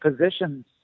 positions